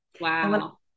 wow